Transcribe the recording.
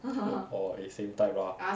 orh they same type lah